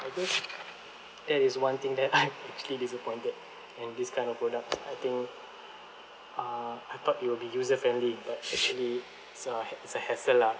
I guess that is one thing that I actually disappointed at this kind of products I think uh I thought it will be user-friendly but actually it's a it's a hassle lah